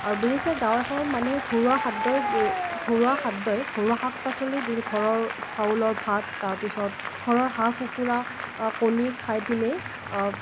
আৰু বিশেষকৈ গাঁও এখনত মানুহে ঘৰুৱা খাদ্যই বি ঘৰুৱা খাদ্যই ঘৰুৱা শাক পাচলি বি ঘৰৰ চাউলৰ ভাত তাৰ পিছত ঘৰৰ হাঁহ কুকুৰা কণী খাই পিনে